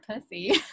pussy